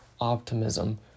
optimism